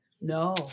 No